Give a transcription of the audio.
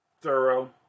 thorough